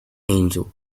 angel